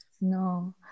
No